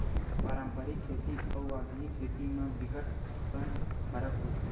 पारंपरिक खेती अउ आधुनिक खेती म बिकट अकन फरक होथे